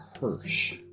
Hirsch